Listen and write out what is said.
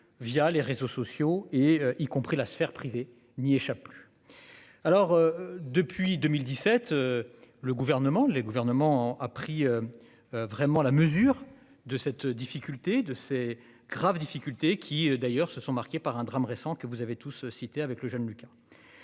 via les réseaux sociaux et y compris la sphère privée n'y échappe plus. Alors depuis 2017. Le gouvernement les gouvernement a pris. Vraiment la mesure de cette difficulté de ses graves difficultés qui d'ailleurs se sont marqués par un drame récent que vous avez tous ceux cités avec le jeune Lucas.